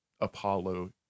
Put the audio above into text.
Apollo